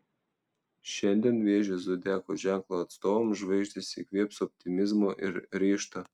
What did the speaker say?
šiandien vėžio zodiako ženklo atstovams žvaigždės įkvėps optimizmo ir ryžto